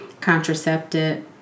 contraceptive